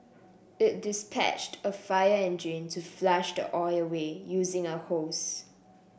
it dispatched a fire engine to flush the oil away using a hose